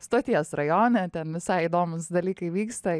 stoties rajone ten visai įdomūs dalykai vyksta